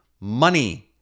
money